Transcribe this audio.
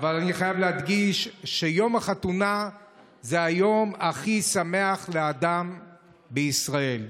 אני חייב להדגיש שיום החתונה זה היום הכי שמח לאדם בישראל.